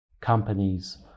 companies